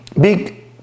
big